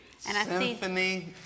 Symphony